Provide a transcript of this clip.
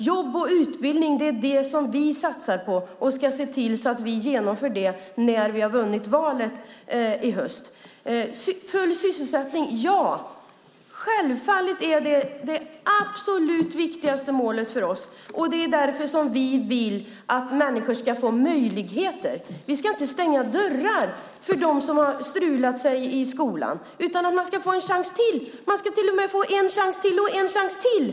Jobb och utbildning är det som vi satsar på och ska se till att vi genomför när vi har vunnit valet i höst. Full sysselsättning - ja! Självfallet är det det absolut viktigaste målet för oss. Det är därför som vi vill att människor ska få möjligheter. Vi ska inte stänga dörrar för dem som har strulat i skolan utan de ska få en chans till. De ska till och med få en chans till och en chans till.